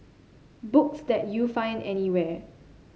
books that you find anywhere